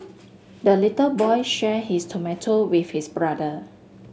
the little boy shared his tomato with his brother